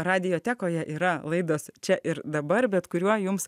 radiotekoje yra laidos čia ir dabar bet kuriuo jums